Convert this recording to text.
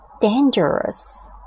dangerous